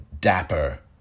dapper